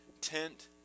tent